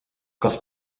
kas